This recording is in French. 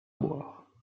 boire